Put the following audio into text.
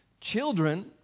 Children